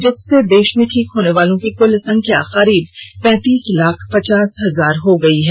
जिससे देश में ठीक होने वालों की कुल संख्या करीब पैंतीस लाख पचास हजार हो गई है